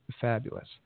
fabulous